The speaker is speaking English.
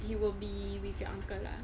you will be with your uncle lah